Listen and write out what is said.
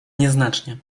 nieznacznie